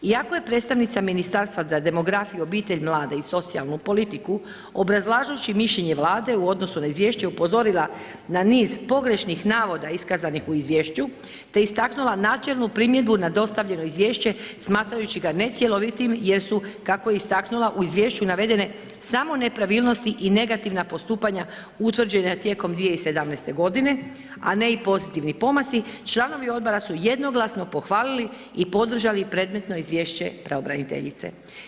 Iako je predstavnica Ministarstva za demografiju, obitelj, mlade i socijalnu politiku obrazlažući mišljenje Vlade u odnosu na izvješće upozorila na niz pogrešnih navoda iskazanih u izvješću te istaknula načelnu primjedbu na dostavljeno izvješće smatrajući ga ne cjelovitim jer su kako je istaknula u izvješću navedene samo nepravilnosti i negativna postupanja utvrđena tijekom 2017. godine, a ne i pozitivni pomaci, članovi odbora su jednoglasno pohvalili i podržali predmetno izvješće pravobraniteljice.